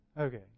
Okay